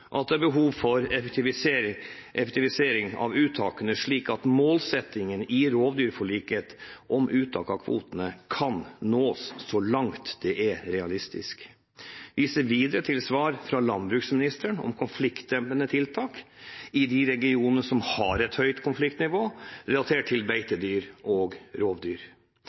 at det er behov for effektivisering av uttakene, slik at målsettingen i rovdyrforliket om uttak av kvotene kan nås så langt det er realistisk. Jeg viser videre til svar fra landbruksministeren om konfliktdempende tiltak i de regionene som har et høyt konfliktnivå relatert til beitedyr og rovdyr.